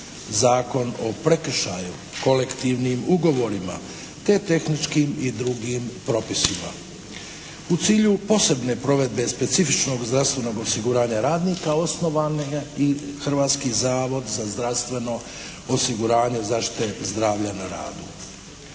Zakon o prekršaju, kolektivnim ugovorima te tehničkim i drugim propisima. U cilju posebne provedbe specifičnog zdravstvenog osiguranja radnika osnovan je i Hrvatski zavod za zdravstveno osiguranje zaštite zdravlja na radu.